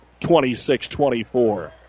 26-24